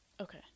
Okay